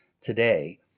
today